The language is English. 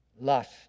lust